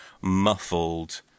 muffled